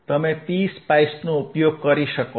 તમે PSpice નો ઉપયોગ કરી શકો છો